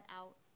out